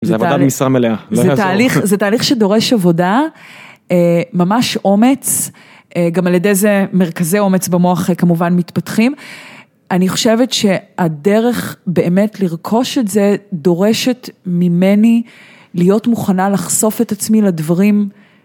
זה עבודה במשרה מלאה. זה תהליך שדורש עבודה, ממש אומץ, גם על ידי זה מרכזי אומץ במוח כמובן מתפתחים. אני חושבת שהדרך באמת לרכוש את זה, דורשת ממני להיות מוכנה לחשוף את עצמי לדברים.